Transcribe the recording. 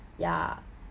ya